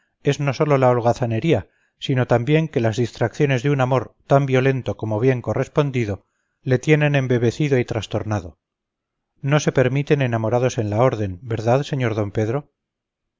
es no sólo la holgazanería sino también que las distracciones de un amor tan violento como bien correspondido le tienen embebecido y trastornado no se permiten enamorados en la orden verdad sr d pedro